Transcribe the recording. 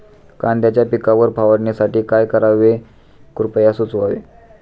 कांद्यांच्या पिकावर फवारणीसाठी काय करावे कृपया सुचवावे